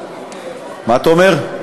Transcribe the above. מה אתה אומר?